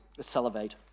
salivate